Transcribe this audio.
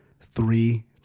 Three